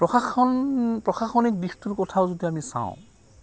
প্ৰশাসন প্ৰশাসনিক দিশটোৰ কথাও যদি আমি চাওঁ